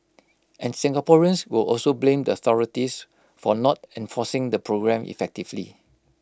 and Singaporeans will also blame the authorities for not enforcing the programme effectively